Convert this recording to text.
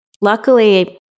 luckily